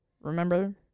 Remember